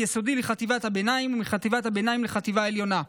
מיסודי לחטיבת הביניים ומחטיבת הביניים לחטיבה העליונה.